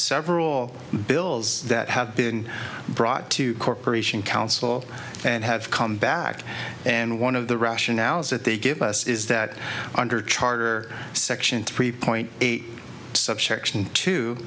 several bills that have been brought to corporation counsel and have come back and one of the rationales that they give us is that under charter section three point eight subsection t